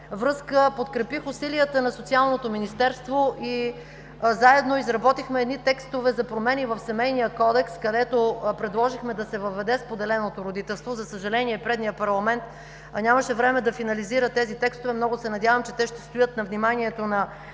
връзка подкрепих усилията на Социалното министерство и заедно изработихме предложение за промени в Семейния кодекс, където предложихме да се въведе споделеното родителство. За съжаление, предишният парламент нямаше време да финализира тези текстове, но много се надявам те да стоят на вниманието на